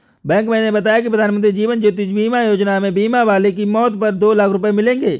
bank manager ने बताया कि प्रधानमंत्री जीवन ज्योति बीमा योजना में बीमा वाले की मौत पर दो लाख रूपये मिलेंगे